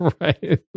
Right